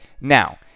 now